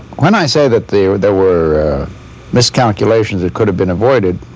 when i say that there there were miscalculations that could've been avoided,